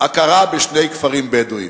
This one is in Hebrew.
הכרה בשני כפרים בדואיים"